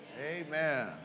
Amen